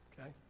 Okay